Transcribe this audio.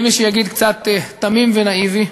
יהיה מי שיגיד קצת תמים ונאיבי,